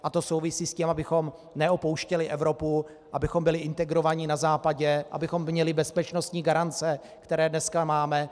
A to souvisí s tím, abychom neopouštěli Evropu, abychom byli integrováni na Západě, abychom měli bezpečnostní garance, které dneska máme.